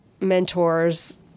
mentors